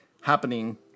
happening